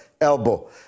elbow